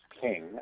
king